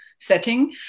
setting